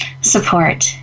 support